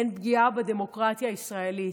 אין פגיעה בדמוקרטיה הישראלית,